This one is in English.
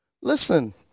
Listen